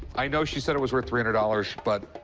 i know she said it was worth three hundred dollars, but